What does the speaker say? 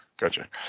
Gotcha